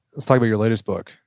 let's talk about your latest book,